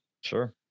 Sure